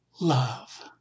love